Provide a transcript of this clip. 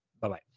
bye-bye